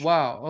Wow